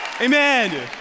amen